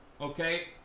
okay